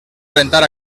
rentar